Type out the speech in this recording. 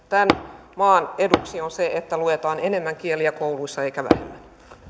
tämän maan eduksi on se että luetaan enemmän kieliä kouluissa eikä vähemmän